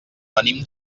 venim